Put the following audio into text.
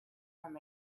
from